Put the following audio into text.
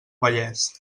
vallès